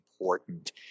important